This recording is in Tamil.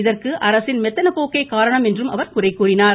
இதற்கு அரசின் மெத்தனப்போக்கே காரணம் என்றும் அவர் குறைகூறினார்